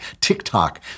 TikTok